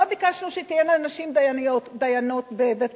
לא ביקשנו שתהיינה נשים דיינות בבתי-הדין,